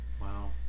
Wow